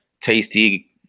tasty